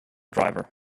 driver